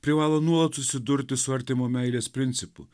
privalo nuolat susidurti su artimo meilės principu